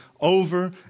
over